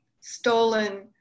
stolen